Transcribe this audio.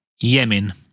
Yemen